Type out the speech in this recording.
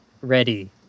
ready